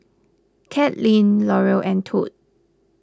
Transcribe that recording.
Kathlene Laurel and Tod